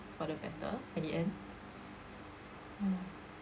for the better at the end ya